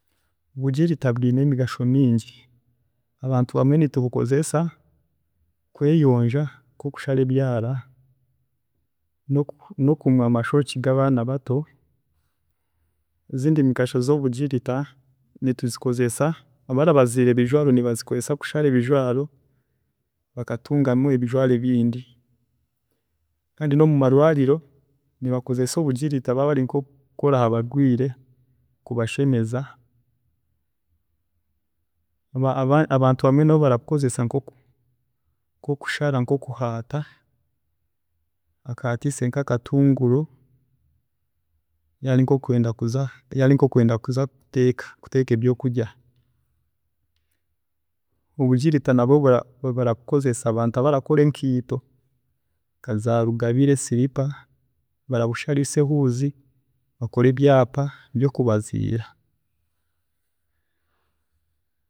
﻿Obugirita bwiine emigasho mingi, abantu bamwe nitubukozesa kweyonja nkokushara ebyaara noku nokumwa amashokye gabaana bato, ezindi migasho zobugirita, nitubukozesa abarabaziira ebijwaaro nibabukozesa kishara ebijwaaro bakatungamu ebijwaaro ebindi. Kandi nomumarwaariro, nibakozesa obugirita baaba bari nkokukora habarwiire kubashemeza, abantu abamwe nabo barabukozesa nkoku nkokushara nkokuhaata, akahaatiise nkakatunguru yaaba arikwenda kuza, yaaba arikwenda kuza nkokuteeka, kuteeka ebyokurya. Obugirita nabwe bara barabukozesa abantu abarakora enkiito nka za rugabire, siripa, barabusharisa ehuuzi bakore ebyaapa byokubaziira.